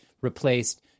replaced